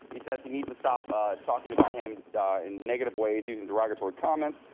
he says he needs to stop talking about him in negative ways using derogatory comments,